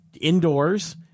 indoors